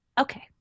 okay